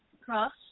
Cross